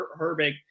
Herbig